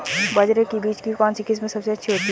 बाजरे के बीज की कौनसी किस्म सबसे अच्छी होती है?